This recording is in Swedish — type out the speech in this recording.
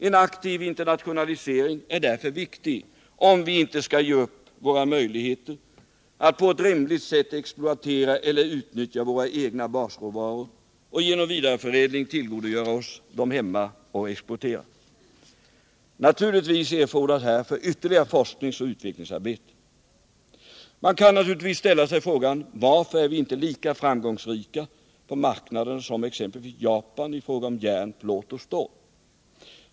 En aktiv internationalisering är därför viktig, om vi inte skall ge upp våra möjligheter att på ett rimligt sätt exploatera eller utnyttja våra egna basråvaror och genom vidareförädling tillgodogöra oss dem hemma och exportera. Naturligtvis erfordras härför ytterligare forskningsoch utvecklingsarbete. Man kan naturligtvis ställa sig frågan: Varför är vi inte lika framgångsrika på marknaden som exempelvis Japan i fråga om järn, plåt och stål?